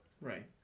Right